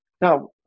Now